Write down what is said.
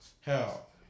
help